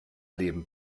leben